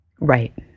Right